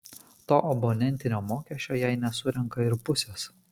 to abonentinio mokesčio jei nesurenka ir pusės